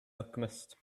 alchemist